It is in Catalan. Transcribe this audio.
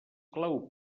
clau